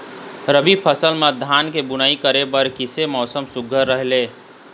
रबी फसल म धान के बुनई करे बर किसे मौसम सुघ्घर रहेल?